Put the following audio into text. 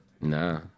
Nah